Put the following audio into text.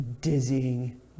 Dizzying